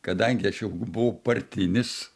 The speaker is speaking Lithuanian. kadangi aš jau buvau partinis